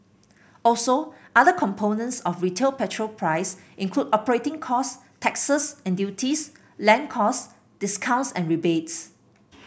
also other components of retail petrol price include operating costs taxes and duties land costs discounts and rebates